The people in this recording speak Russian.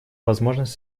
возможность